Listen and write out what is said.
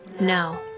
No